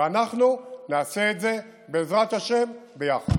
ואנחנו נעשה את זה בעזרת השם ביחד.